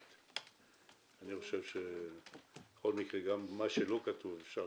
בכל מקרה גם כשלא כתוב אפשר